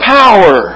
power